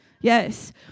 Yes